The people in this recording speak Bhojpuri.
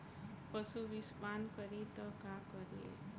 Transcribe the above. पशु विषपान करी त का करी?